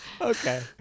Okay